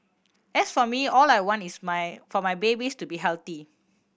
as for me all I want is my for my babies to be healthy